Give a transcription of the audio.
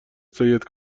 سید